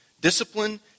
Discipline